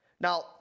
Now